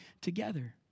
together